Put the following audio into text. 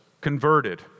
converted